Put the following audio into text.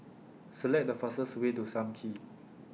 Select The fastest Way to SAM Kee